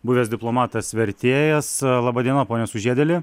buvęs diplomatas vertėjas laba diena pone sužiedėli